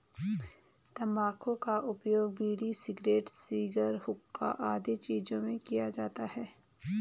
तंबाकू का उपयोग बीड़ी, सिगरेट, शिगार, हुक्का आदि चीजों में किया जाता है